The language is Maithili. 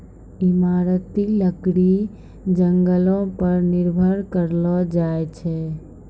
इमारती लकड़ी जंगलो पर निर्भर करलो जाय छै